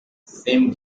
same